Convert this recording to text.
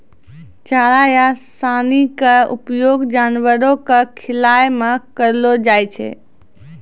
चारा या सानी के उपयोग जानवरों कॅ खिलाय मॅ करलो जाय छै